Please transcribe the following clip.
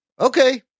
Okay